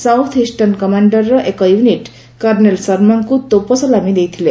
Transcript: south eastern command ର ଏକ unit colonel ଶର୍ମାଙ୍କୁ ତୋପ ସଲାମି ଦେଇଥିଲେ